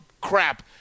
crap